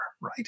Right